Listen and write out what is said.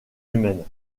humaines